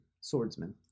swordsman